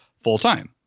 full-time